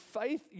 faith